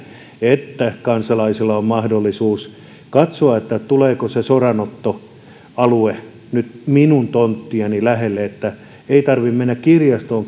että kansalaisilla on mahdollisuus katsoa että tuleeko se soranottoalue nyt minun tonttiani lähelle niin että ei tarvitse mennä kirjastoon